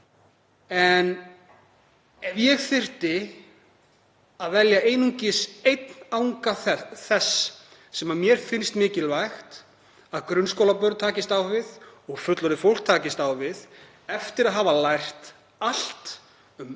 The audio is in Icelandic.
En ef ég þyrfti að velja einungis einn anga þess sem mér finnst mikilvægt að grunnskólabörn takist á við og að fullorðið fólk takist á við, eftir að hafa lært allt um